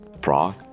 prague